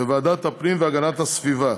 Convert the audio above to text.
בוועדת הפנים והגנת הסביבה,